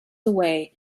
away